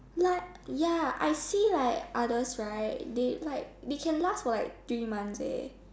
like ya I see like others right they like they can last for three months eh